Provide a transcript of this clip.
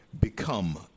become